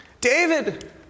David